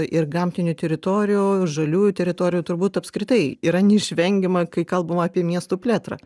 ir gamtinių teritorijų ir žaliųjų teritorijų turbūt apskritai yra neišvengiama kai kalbama apie miestų plėtrą